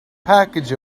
package